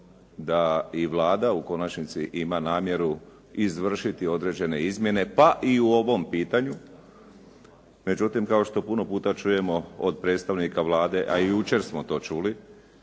da i Vlada u konačnici ima namjeru izvršiti određene izmjene, pa i u ovom pitanju. Međutim, kao što puno puta čujemo od predstavnika Vlade, a i jučer smo to čuli